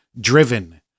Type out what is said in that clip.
driven